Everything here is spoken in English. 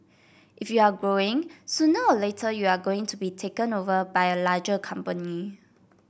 if you're growing sooner or later you are going to be taken over by a larger company